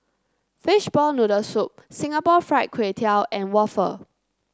Fishball Noodle Soup Singapore Fried Kway Tiao and waffle